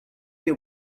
they